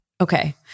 Okay